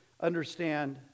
understand